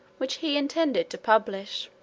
which he intended to publish.